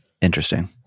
Interesting